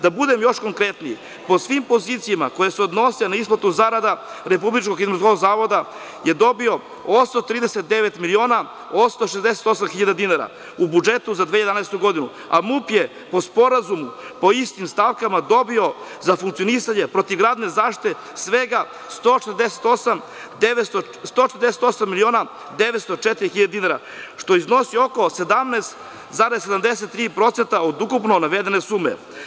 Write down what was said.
Da budem još konkretniji, po svim pozicijama koje se odnose na isplatu zarada RHMZ je dobio 839.868.000 dinara u budžetu za 2011. godinu, a MUP je po sporazumu po istim stavkama dobio za funkcionisanje protivgradne zaštite svega 148.904.000 dinara, što iznosi oko 17,73% od ukupno navedene sume.